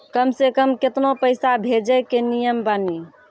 कम से कम केतना पैसा भेजै के नियम बानी?